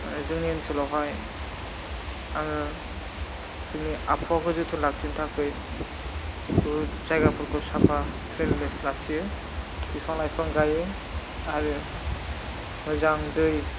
जोंनि ओनसोलावहाय आङो जोंनि आबहावाखौ जोथोन लाखिनो थाखै बुहुद जायगाफोरखौ साफा क्लिनेस लाखियो बिफां लाइफां गाइयो आरो मोजां दै